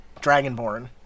dragonborn